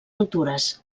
altures